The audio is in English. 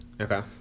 Okay